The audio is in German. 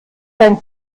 sein